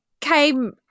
came